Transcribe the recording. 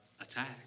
attack